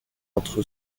entre